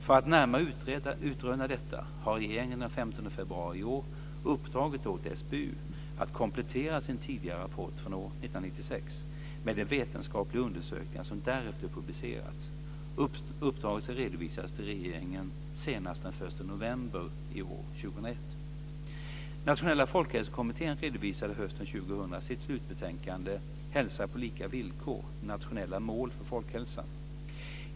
För att närmare utröna detta har regeringen den 15 februari i år uppdragit åt SBU att komplettera sin tidigare rapport från år 1996 med de vetenskapliga undersökningar som därefter publicerats. Uppdraget ska redovisas till regeringen senast den 1 november 2001. 2000 sitt slutbetänkande Hälsa på lika villkor - nationella mål för folkhälsan.